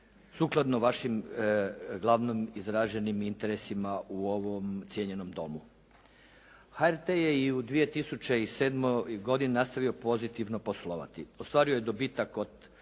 sukladno vašim glavnim izraženim interesima u ovom cijenjenom Domu. HRT je i u 2007. godini nastavio pozitivno poslovati. Ostvario je dobitak od